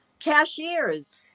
cashiers